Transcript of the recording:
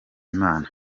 imana